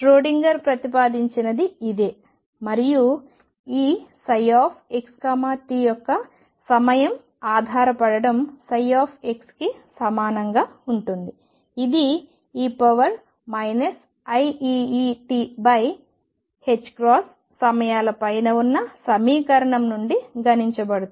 Schrodinger ప్రతిపాదించినది ఇదే మరియు ఈ ψxt యొక్క సమయ ఆధారపడటం ψకి సమానంగా ఉంటుంది ఇది e iEt సమయాల పైన ఉన్న సమీకరణం నుండి గణించబడుతుంది